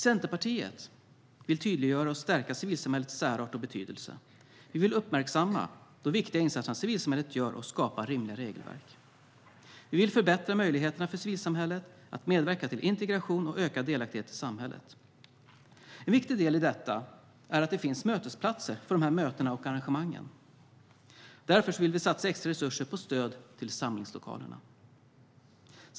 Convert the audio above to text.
Centerpartiet vill tydliggöra och stärka civilsamhällets särart och betydelse. Vi vill uppmärksamma de viktiga insatser som civilsamhället gör och skapa rimligare regelverk. Vi vill förbättra möjligheterna för civilsamhället att medverka till integration och ökad delaktighet i samhället. En viktig del i detta är att det finns mötesplatser för dessa möten och arrangemang. Därför vill vi satsa extra resurser på stöd till samlingslokaler.